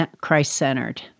Christ-centered